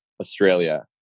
Australia